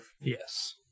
Yes